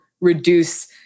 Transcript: reduce